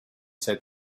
said